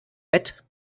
bett